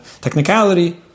technicality